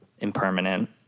impermanent